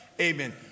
Amen